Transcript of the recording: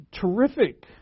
terrific